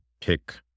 pick